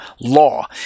law